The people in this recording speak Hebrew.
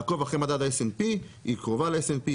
לעקוב אחרי מדד ה-s&p היא קרובה ל-s&p,